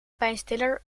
pijnstiller